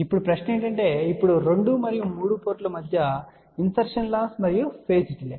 ఇప్పుడు ప్రశ్నఏమిటంటే ఇప్పుడు 2 మరియు 3 పోర్టుల మధ్య ఇన్సర్షన్ లాస్ మరియు పేజ్ డిలే